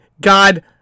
God